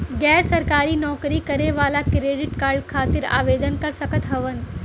गैर सरकारी नौकरी करें वाला क्रेडिट कार्ड खातिर आवेदन कर सकत हवन?